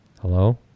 Hello